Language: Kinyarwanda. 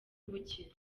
ubukira